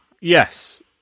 yes